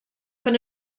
fan